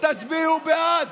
תצביעו בעד.